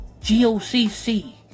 G-O-C-C